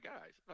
Guys